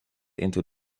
into